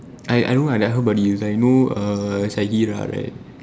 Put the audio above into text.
I I I know err Shaheera right